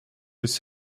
his